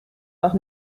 noch